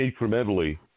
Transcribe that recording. incrementally